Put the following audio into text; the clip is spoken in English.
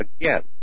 again